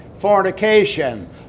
fornication